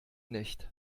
nicht